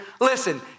Listen